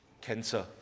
cancer